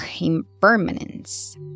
Impermanence